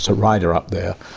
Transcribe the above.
so rider up there.